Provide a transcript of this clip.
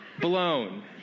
blown